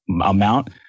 amount